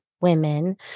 women